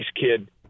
kid